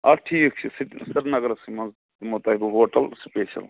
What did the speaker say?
اَدٕ ٹھیٖک چھُ سرینگرَسٕے منٛز دِمو تۄہہِ بہٕ ہوٹَل سٕپیشَل